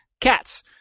cats